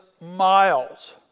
miles